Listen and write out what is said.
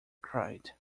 cried